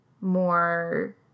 more –